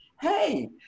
Hey